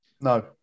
no